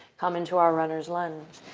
come into our runner's lunge.